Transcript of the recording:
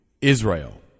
Israel